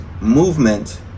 movement